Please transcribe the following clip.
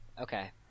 Okay